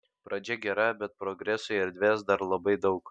pradžia gera bet progresui erdvės dar labai daug